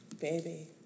Baby